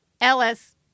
Ellis